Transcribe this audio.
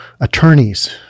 Attorneys